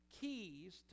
keys